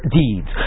deeds